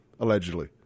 Allegedly